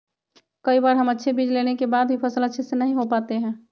कई बार हम अच्छे बीज लेने के बाद भी फसल अच्छे से नहीं हो पाते हैं?